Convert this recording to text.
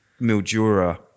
Mildura